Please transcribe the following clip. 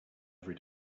every